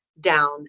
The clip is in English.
down